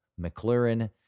McLaren